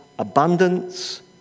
abundance